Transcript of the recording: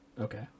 Okay